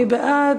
מי בעד?